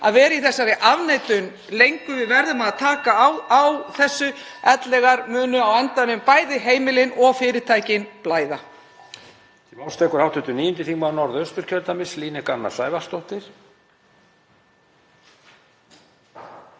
að vera í þessari afneitun lengur. Við verðum að taka á þessu, ellegar munu á endanum bæði heimilin og fyrirtækin blæða.